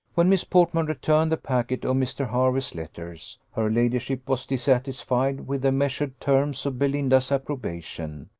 when miss portman returned the packet of mr. hervey's letters, her ladyship was dissatisfied with the measured terms of belinda's approbation,